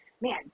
man